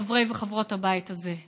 חברי וחברות הבית הזה,